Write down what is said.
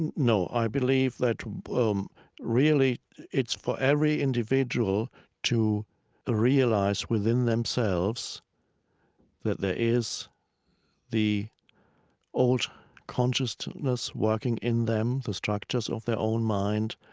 and no. i believe that um really it's for every individual to realize within themselves that there is the old consciousness working in them, the structures of their own mind,